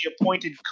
appointed